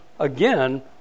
Again